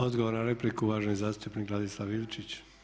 Odgovor na repliku uvaženi zastupnik Ladislav Ilčić.